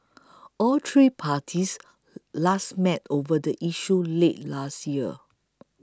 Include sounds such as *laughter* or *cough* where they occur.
*noise* all three parties last met over the issue late last year